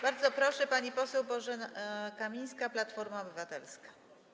Bardzo proszę, pani poseł Bożena Kamińska, Platforma Obywatelska.